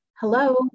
Hello